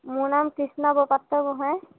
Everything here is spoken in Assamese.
মোৰ নাম কৃষ্ণা বৰপাত্ৰগোঁহাই